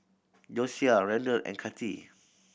Josiah Randle and Kati